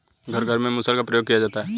घर घर में मुसल का प्रयोग किया जाता है